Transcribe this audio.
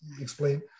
explain